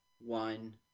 one